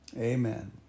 Amen